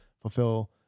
fulfill